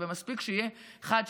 מספיק שיהיו אחד,